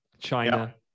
China